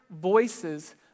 voices